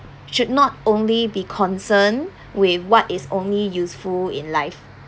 should not only be concern with what is only useful in life